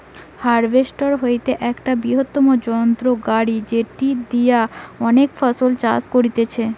harvester হতিছে একটা বৃহত্তম যন্ত্র গাড়ি যেটি দিয়া অনেক ফসল চাষ করতিছে